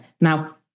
Now